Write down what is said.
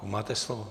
Máte slovo.